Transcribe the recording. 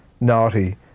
naughty